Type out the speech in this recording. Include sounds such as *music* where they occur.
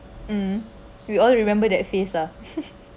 um we all remember that phase ah *laughs*